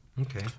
Okay